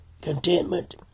contentment